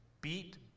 Beat